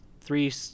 three